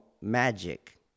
magic